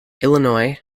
illinois